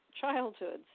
childhoods